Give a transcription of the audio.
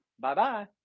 Bye-bye